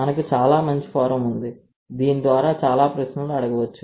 మనకు చాలా మంచి ఫోరం ఉంది దీని ద్వారా చాలా ప్రశ్నలు అడగవచ్చు